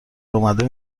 اومده